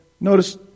notice